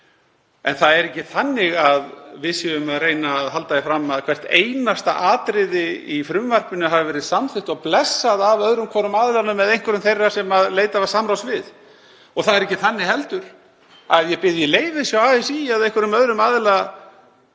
En það er ekki þannig að við séum að reyna að halda því fram að hvert einasta atriði í frumvarpinu hafi verið samþykkt og blessað af öðrum hvorum aðilanum eða einhverjum þeirra sem leitað var samráðs við. Það er ekki heldur þannig að ég biðji leyfis hjá ASÍ eða einhverjum öðrum aðila